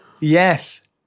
Yes